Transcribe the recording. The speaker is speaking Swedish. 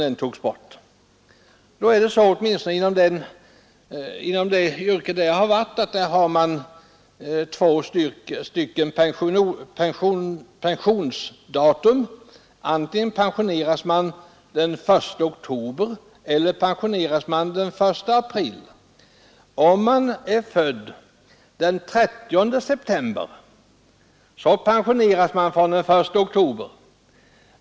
Inom åtminstone det yrke som jag haft har man tillämpat två pensionsavgångstider, nämligen antingen den 1 oktober eller den 1 april. Låt oss se på två förrådsmän, varav den ene är född den 30 september. Denne pensioneras då den 1 oktober.